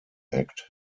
act